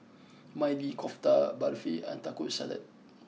Mali Kofta Barfi and Taco Salad